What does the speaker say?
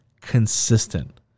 consistent